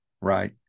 right